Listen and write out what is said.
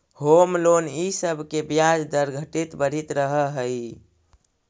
home loan इ सब के ब्याज दर घटित बढ़ित रहऽ हई